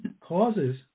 Causes